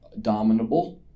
dominable